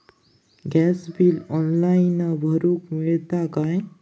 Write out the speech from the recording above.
Gas bill online भरुक मिळता काय?